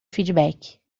feedback